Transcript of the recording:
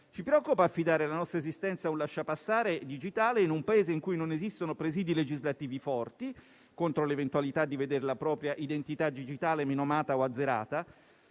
Ci preoccupa affidare la nostra esistenza o lasciapassare digitale in un Paese in cui non esistono presidi legislativi forti contro l'eventualità di vedere la propria identità digitale menomata o azzerata,